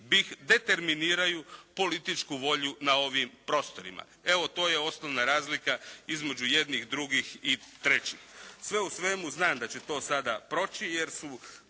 determiniraju političku volju na ovim prostorima. Evo to je osnovna razlika između jednih, drugih i trećih. Sve u svemu znam da će to sada proći jer su